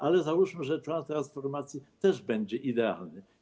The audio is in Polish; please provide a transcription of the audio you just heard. Ale załóżmy, że plan transformacji też będzie idealny.